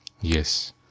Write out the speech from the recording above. Yes